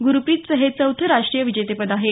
गुरप्रितचं हे चौथं राष्ट्रीय विजेतेपद आहे